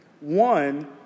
One